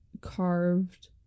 carved